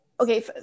okay